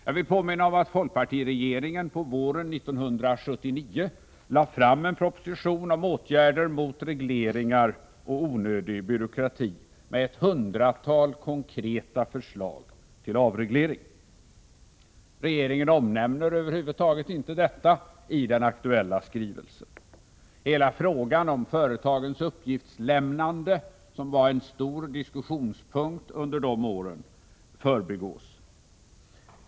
Jag vill påminna om att folkpartiregeringen på våren 1979 lade fram en proposition om åtgärder mot regleringar och onödig byråkrati med ett hundratal konkreta förslag till avreglering. Regeringen omnämner över huvud taget inte detta i den aktuella skrivelsen. Hela frågan om företagens uppgiftslämnande, som var en stor diskussionspunkt under de åren, förbigås.